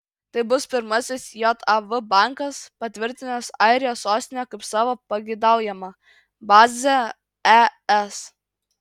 tai bus pirmasis jav bankas patvirtinęs airijos sostinę kaip savo pageidaujamą bazę es